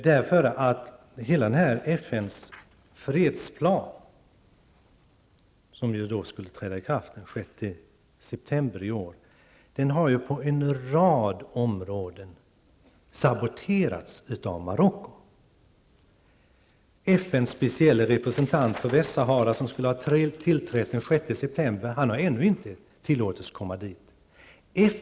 september i år, har av Marocko saboterats på en rad områden. FNs specielle representant för Västsahara, som skulle ha tillträtt den 6 september, har ännu inte tillåtits komma dit.